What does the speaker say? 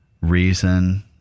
reason